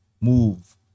move